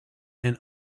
and